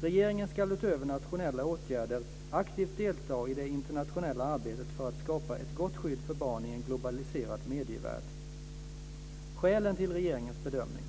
Regeringen skall utöver nationella åtgärder aktivt delta i det internationella arbetet för att skapa ett gott skydd för barn i en globaliserad medievärld. Skälen till regeringens bedömning: